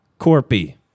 Corpy